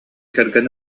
кэргэн